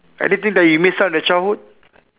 anything that you missed out in the childhood